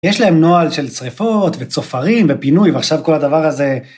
יש להם נוהל של שריפות וצופרים ופינוי ועכשיו כל הדבר הזה.